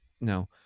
No